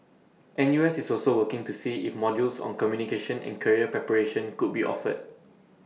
N U S is also working to see if modules on communication and career preparation could be offered